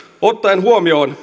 ottaen huomioon